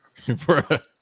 Bruh